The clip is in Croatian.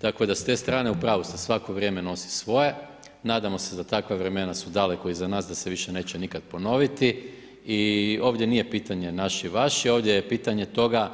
Tako da ste strane, u pravu ste, svako vrijeme nosi svoje, nadamo se da su takva vremena su daleko iza nas, da se više nikad neće ponoviti i ovdje nije pitanje naši i vaši, ovdje je pitanje toga